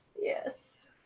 Yes